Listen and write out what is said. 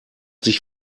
sich